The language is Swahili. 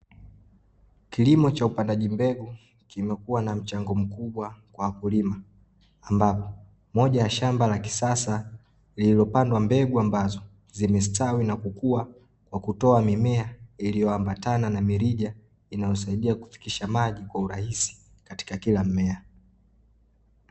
Kilimo cha upandaji mbegu kimekua na mchango mkubwa kwa wakulima, ambapo moja ya shamba la kisasa lililopandwa mbegu ambazo zimestawi na kukua kwa kutoa mimea iliyoambatana na mirija inayo saidia kufikisha maji urahisi katika kila mmea.